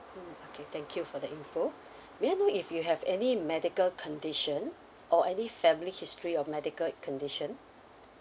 okay thank you for the info may I know if you have any medical condition or any family history of medical condition